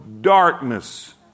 darkness